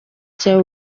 cya